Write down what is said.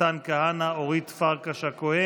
מיכאל מרדכי ביטון, מתן כהנא, אורית פרקש הכהן,